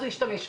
הוא ישתמש.